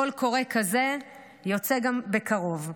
קול קורא כזה יוצא גם בקרוב,